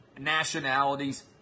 nationalities